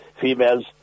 females